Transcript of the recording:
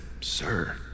Sir